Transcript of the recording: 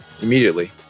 immediately